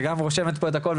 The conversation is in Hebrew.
שגם רושמת פה את הכול,